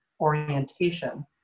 orientation